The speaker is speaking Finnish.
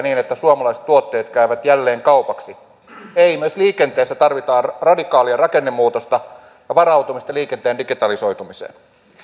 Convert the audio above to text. niin että suomalaiset tuotteet käyvät jälleen kaupaksi ei myös liikenteessä tarvitaan radikaalia rakennemuutosta ja varautumista liikenteen digitalisoitumiseen